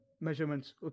measurements